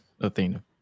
Athena